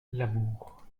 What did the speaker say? l’amour